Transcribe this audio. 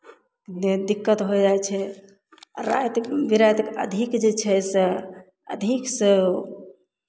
लेल दिक्कत होइ जाइ छै आ राति बिरातिकेँ अधिक जे छै से अधिकसँ